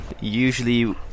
Usually